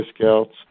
Scouts